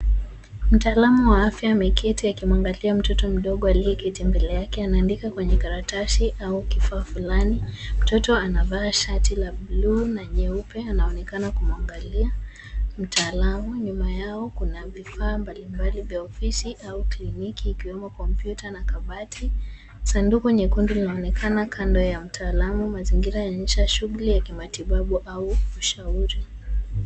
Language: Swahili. Mtaalamu wa afya ameketi akimwangalia mtoto mdogo aliyeketi mbele yake, anaandika kwenye karatasi au kifaa fulani. Mtoto anavaa shati la blue na nyeupe, anakaa kumuangalia mtaalamu. Nyuma yao kuna vifaa mbalimbali kwa ofisi au kliniki ikiwemo kompyuta na kabati. Sanduku nyekundu inaonekan kando ya mtaalamu. Mazingira yanaonyesha shughuli ya kimatibabu au ushauri.